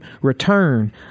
return